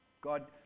God